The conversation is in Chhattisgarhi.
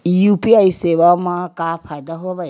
यू.पी.आई सेवा मा का फ़ायदा हवे?